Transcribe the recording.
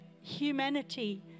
humanity